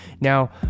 now